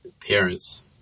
parents